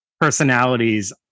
personalities